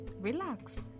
Relax